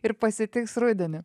ir pasitiks rudenį